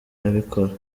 abikora